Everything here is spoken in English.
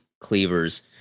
cleavers